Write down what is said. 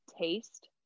taste